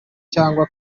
cyangwa